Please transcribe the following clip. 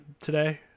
today